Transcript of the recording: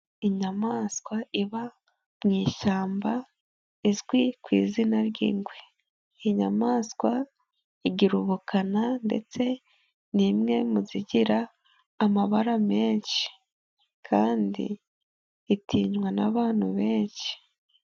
Inyamaswa iba mu ishyamba izwi ku izina ry'ingwe, iyi nyamaswa igira ubukana ndetse ni imwe mu zigira amabara menshi kandi itinywa n'abantu benshi.